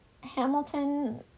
Hamilton